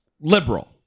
liberal